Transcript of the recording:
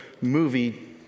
movie